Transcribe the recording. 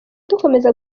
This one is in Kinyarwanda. dukomeza